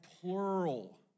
plural